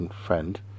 friend